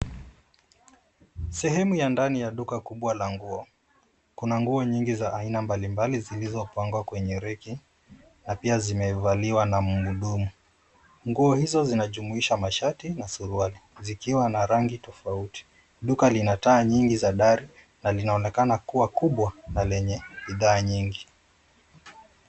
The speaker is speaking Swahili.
Sehemu ya ndani ya duka kubwa la nguo, kuna nguo nyingi za aina mbalimbali zilizopangwa kwenye reki na pia zimevaliwa na mhudumu. Nguo hizo zinajumuisha mashati na suruali, zikiwa na rangi tofauti. Duka lina taa nyingi za dari na linaonekana kuwa kubwa na lenye idhaa nyingi.